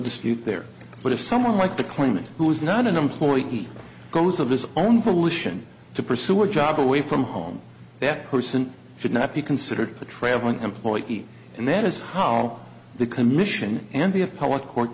dispute there but if someone like the claimant who is not an employee goes of his own volition to pursue a job away from home that person should not be considered a traveling employee and that is how the commission and the